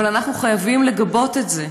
אבל אנחנו חייבים לגבות את זה.